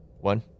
One